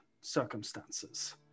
circumstances